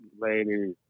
Later